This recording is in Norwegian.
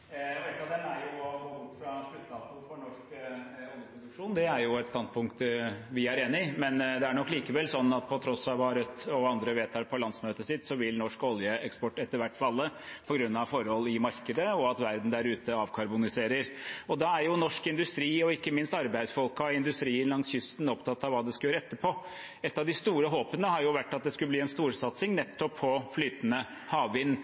Et av dem er å gå bort fra sluttdato for norsk oljeproduksjon. Det er et standpunkt vi er enig i, men det er nok likevel sånn at på tross av hva Rødt og andre vedtar på landsmøtet sitt, vil norsk oljeeksport etter hvert falle på grunn av forhold i markedet, og at verden der ute avkarboniserer. Da er norsk industri og ikke minst arbeidsfolk i industrien langs kysten opptatt av hva de skal gjøre etterpå. Et av de store håpene har jo vært at det skulle bli en storsatsing nettopp på flytende havvind,